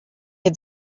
had